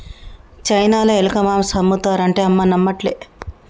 చైనాల ఎలక మాంసం ఆమ్ముతారు అంటే అమ్మ నమ్మట్లే